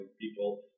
people